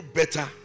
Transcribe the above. better